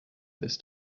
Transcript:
this